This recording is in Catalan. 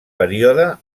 període